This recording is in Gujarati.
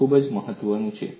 તે ખૂબ મહત્વનું છે